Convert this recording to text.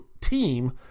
team